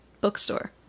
Bookstore